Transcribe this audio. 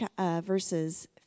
verses